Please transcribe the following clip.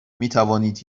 میتوانید